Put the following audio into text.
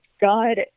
God